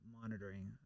monitoring